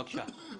בבקשה.